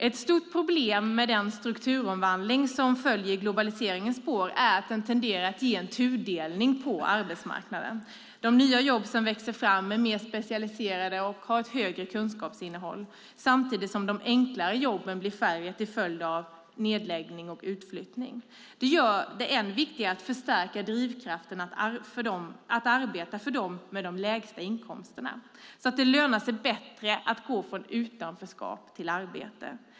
Ett stort problem med den strukturomvandling som följer i globaliseringens spår är att den tenderar att ge en tudelning på arbetsmarknaden. De nya jobb som växer fram blir alltmer specialiserade och har högre kunskapsinnehåll, samtidigt som de enklare jobben blir färre till följd av nedläggning eller utflyttning. Det gör det än viktigare att förstärka drivkrafterna att arbeta för dem med de lägsta inkomsterna så att det lönar sig bättre att gå från utanförskap till arbete.